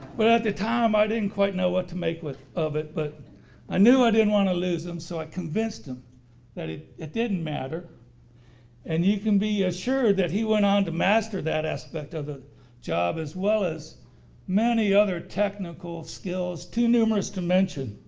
but at the time i didn't quite know what to make of it but i knew i didn't want to lose them so i convinced him that it it didn't matter and you can be assured that he went on to master that aspect of the job as well as many other technical skills too numerous to mention